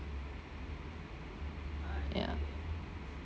ya